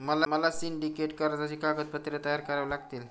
मला सिंडिकेट कर्जाची कागदपत्रे तयार करावी लागतील